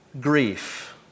grief